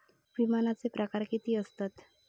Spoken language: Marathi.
विमाचे प्रकार किती असतत?